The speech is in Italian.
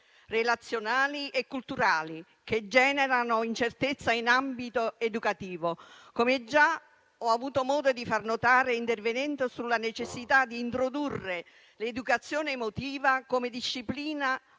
relazionali e culturali che generano incertezza in ambito educativo, come già ho avuto modo di far notare intervenendo sulla necessità di introdurre l'educazione emotiva come disciplina